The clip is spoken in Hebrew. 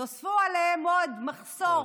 נוספו עליהם עוד מחסור